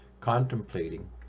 contemplating